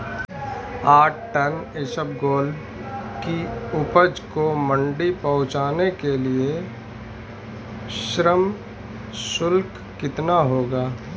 आठ टन इसबगोल की उपज को मंडी पहुंचाने के लिए श्रम शुल्क कितना होगा?